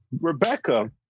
Rebecca